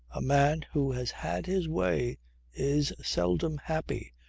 a man who has had his way is seldom happy,